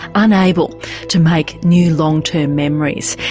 unable to make new long term memories.